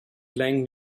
playing